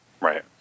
Right